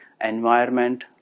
environment